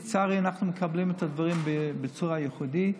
לצערי, אנחנו מקבלים את הדברים בצורה ייחודית.